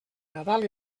nadal